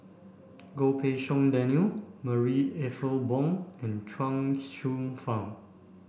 Goh Pei Siong Daniel Marie Ethel Bong and Chuang Hsueh Fang